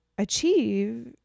achieve